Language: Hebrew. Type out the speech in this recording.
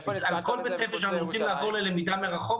אנחנו צריכים לריב על כל בית ספר שאנחנו רוצים לעבור בו ללמידה מרחוק.